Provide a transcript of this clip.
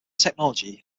technology